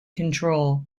control